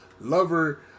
lover